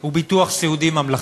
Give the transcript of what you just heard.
הוא ביטוח סיעודי ממלכתי,